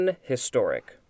historic